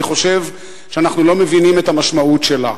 אני חושב שאנחנו לא מבינים את המשמעות שלה.